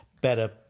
better